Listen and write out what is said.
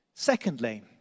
Secondly